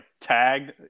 tagged